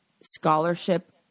scholarship